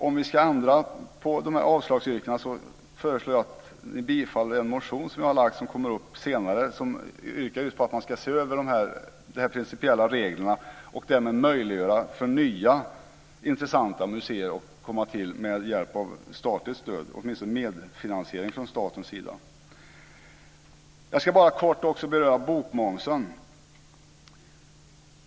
Om vi ska ändra på dessa avslagsyrkanden föreslår jag att ni bifaller en motion som jag har väckt och som kommer upp senare. I denna motion yrkas på att man ska se över de principiella reglerna och därmed möjliggöra för nya intressanta museer att tillkomma med hjälp av statligt stöd, åtminstone en medfinansiering från statens sida. Jag ska kortfattat även beröra bokmomsen.